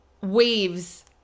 waves